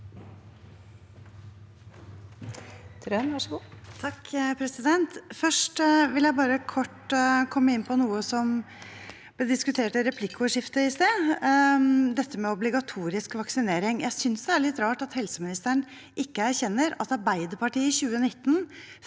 leder): Først vil jeg kort komme inn på noe som ble diskutert i replikkordskiftet i sted – obligatorisk vaksinering. Jeg synes det er litt rart at helseministeren ikke erkjenner at Arbeiderpartiet i 2019